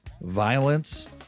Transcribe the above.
violence